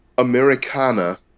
Americana